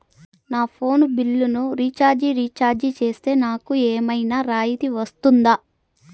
నా ఫోను బిల్లును recharge recharge సేస్తే, నాకు ఏమన్నా రాయితీ వస్తుందా?